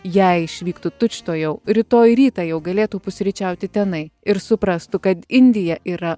jei išvyktų tučtuojau rytoj rytą jau galėtų pusryčiauti tenai ir suprastų kad indija yra